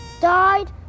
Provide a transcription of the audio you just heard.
Died